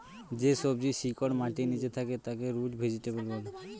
যে সবজির শিকড় মাটির নীচে থাকে তাকে রুট ভেজিটেবল বলে